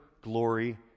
glory